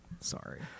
Sorry